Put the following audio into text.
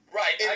right